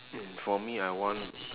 mm for me I want